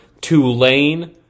Tulane